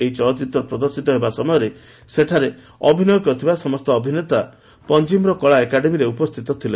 ଏହି ଚଳଚ୍ଚିତ୍ର ପ୍ରଦର୍ଶିତ ହେବା ସମୟରେ ସେଥିରେ ଅଭିନୟ କରିଥିବା ସମସ୍ତ ଅଭିନେତା ପଞ୍ଜିମ୍ର କଳା ଏକାଡେମୀଠାରେ ଉପସ୍ଥିତ ଥିଲେ